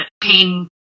pain